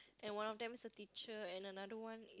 and one of them is a teacher and another one is